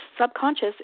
subconscious